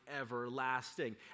everlasting